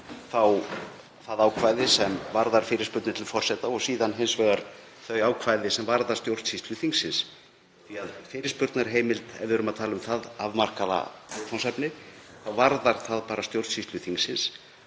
það ákvæði sem varðar fyrirspurnir til forseta og hins vegar þau ákvæði sem varða stjórnsýslu þingsins. Fyrirspurnarheimild, ef við erum að tala um það afmarkað viðfangsefni, varðar bara stjórnsýslu þingsins